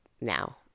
now